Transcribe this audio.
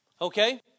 Okay